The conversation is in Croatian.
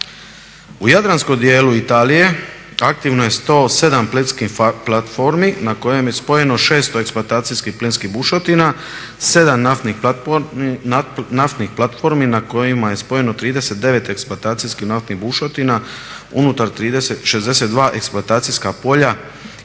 U Jadranskom dijelu Italije aktivno je 107 plinskih platformi na kojima je spojeno 600 eksploatacijskih plinskih bušotina, 7 naftnih platformi na kojima je spojeno 39 eksploatacijskih naftnih bušotina unutar 62 eksploatacijska polja